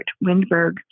Windberg